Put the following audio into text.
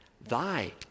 Thy